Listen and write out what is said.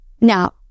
Now